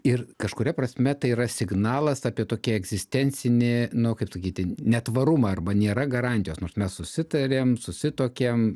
ir kažkuria prasme tai yra signalas apie tokį egzistencinį nu kaip sakyti netvarumą arba nėra garantijos nors mes susitarėm susituokėm